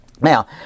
Now